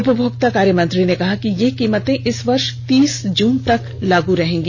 उपभोक्ता कार्य मंत्री ने कहा कि ये कीमतें इस वर्ष तीस जून तक लागू रहेंगी